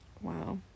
wow